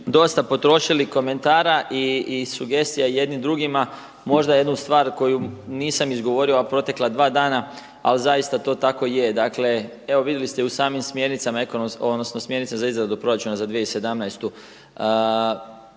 dosta potrošili komentara i sugestija jedni drugima. Možda jednu stvar koju nisam izgovorio u ova protekla dva dana, ali zaista to tako je. Dakle, evo vidjeli ste i u samim smjernicama za izradu proračuna za 2017.